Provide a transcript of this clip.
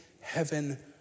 heaven